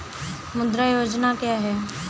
मुद्रा योजना क्या है?